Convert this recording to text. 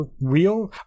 real